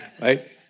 Right